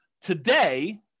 Today